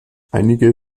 einige